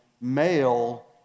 male